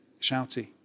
shouty